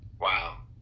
wow